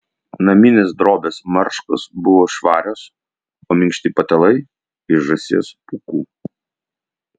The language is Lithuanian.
naminės drobės marškos buvo švarios o minkšti patalai iš žąsies pūkų